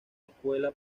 escuela